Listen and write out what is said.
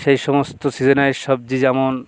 সেই সমস্ত সিজনাল সবজি যেমন